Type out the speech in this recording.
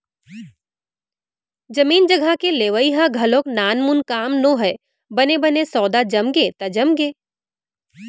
जमीन जघा के लेवई ह घलोक नानमून काम नोहय बने बने सौदा जमगे त जमगे